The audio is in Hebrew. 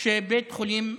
שבבית החולים עפולה,